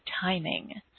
timing